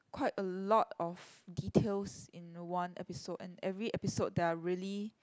quite a lot of details in one episode and every episode there're really